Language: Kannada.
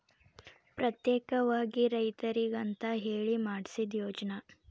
ಪ್ರತ್ಯೇಕವಾಗಿ ರೈತರಿಗಂತ ಹೇಳಿ ಮಾಡ್ಸಿದ ಯೋಜ್ನಾ